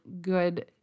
good